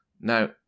Now